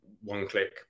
one-click